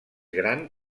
gran